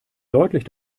deutlich